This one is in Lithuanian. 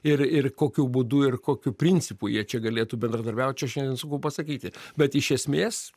ir ir kokiu būdu ir kokiu principu jie čia galėtų bendradarbiaut čia šiandien sunku pasakyti bet iš esmės